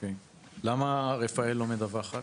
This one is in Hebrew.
למה "רפאל" לא מדווחת?